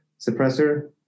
suppressor